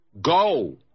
go